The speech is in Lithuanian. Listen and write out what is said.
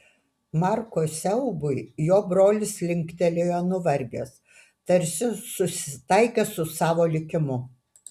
marko siaubui jo brolis linktelėjo nuvargęs tarsi susitaikęs su savo likimu